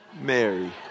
Mary